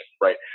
right